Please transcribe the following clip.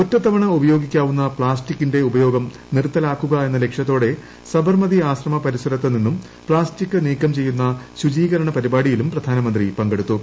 ഒറ്റത്തവണ ഉപയോഗിക്കാവുന്ന പ്ലാസ്റ്റിക്കിന്റെ ഉപയോഗം നിർത്തലാക്കുക എന്ന ലക്ഷ്യത്തോടെ സബർമതി ആശ്രമ പരിസരത്ത് നിന്ന് പ്ലാസ്റ്റിക്ക് നീക്കം ചെയ്യുന്ന ശുചീകരണ പരിപാടിയിലും പ്രധാനമന്ത്രി ് പങ്കെടുത്തു